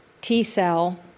T-cell